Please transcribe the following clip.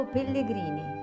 Pellegrini